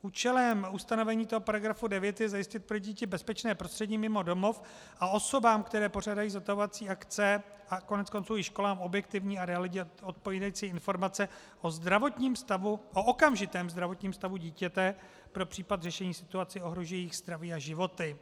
Účelem ustanovení toho § 9 je zajistit pro děti bezpečné prostředí mimo domov a osobám, které pořádají zotavovací akce, a koneckonců i školám, objektivní a realitě odpovídající informace o okamžitém zdravotním stavu dítěte pro případ řešení situace ohrožující jejich zdraví a životy.